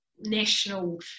national